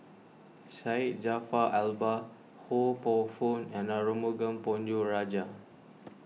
Syed Jaafar Albar Ho Poh Fun and Arumugam Ponnu Rajah